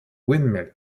windmill